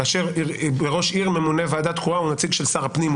כאשר בראש עיר ממונה ועדה קרואה הוא נציג של שר הפנים,